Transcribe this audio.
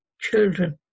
children